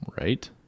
Right